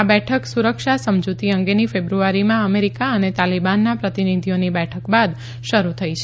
આ બેઠક સુરક્ષા સમજુતી અંગેની ફેબ્રુઆરીમાં અમેરીકા અને તાલીબાનના પ્રતિનિધિઓની બેઠક બાદ શરૂ થઇ છે